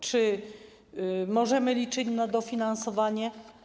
Czy możemy liczyć na dofinansowanie?